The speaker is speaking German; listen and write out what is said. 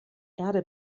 erde